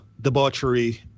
debauchery